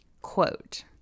quote